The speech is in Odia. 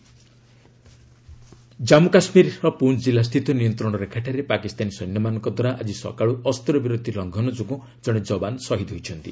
ସିଜ୍ଫାୟାର ଭାଓଲେସନ୍ ଜାନ୍ମୁ କାଶ୍ମୀର ପୁଞ୍ ଜିଲ୍ଲାସ୍ଥିତ ନିୟନ୍ତ୍ରଣରେଖାଠାରେ ପାକିସ୍ତାନୀ ସୈନ୍ୟମାନଙ୍କ ଦ୍ୱାରା ଆଜି ସକାଳୁ ଅସ୍ତ୍ରବିରତି ଲଂଘନ ଯୋଗୁଁ ଜଣେ ଯବାନ ଶହୀଦ ହୋଇଛନ୍ତି